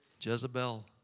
Jezebel